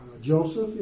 Joseph